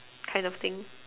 kind of thing